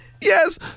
yes